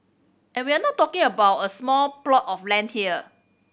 and we're not talking about a small plot of land here